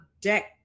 deck